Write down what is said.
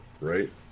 Right